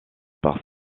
par